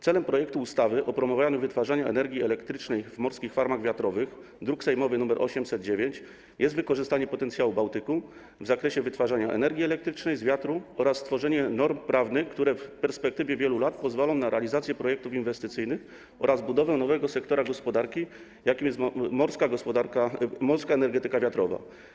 Celem projektu ustawy o promowaniu wytwarzania energii elektrycznej w morskich farmach wiatrowych, druk sejmowy nr 809, jest wykorzystanie potencjału Bałtyku w zakresie wytwarzania energii elektrycznej z wiatru oraz stworzenie norm prawnych, które w perspektywie wielu lat pozwolą na realizację projektów inwestycyjnych oraz budowę nowego sektora gospodarki, jakim jest morska energetyka wiatrowa.